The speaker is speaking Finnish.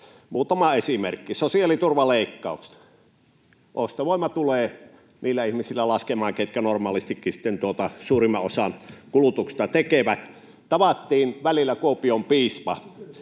Muutama esimerkki: Sosiaaliturvaleikkaukset: Ostovoima tulee laskemaan niillä ihmisillä, jotka normaalistikin suurimman osan kulutuksesta tekevät. Tavattiin Kuopion piispa